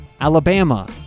Alabama